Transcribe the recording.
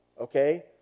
Okay